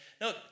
No